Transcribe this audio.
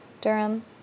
Durham